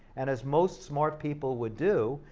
and as most smart people would do,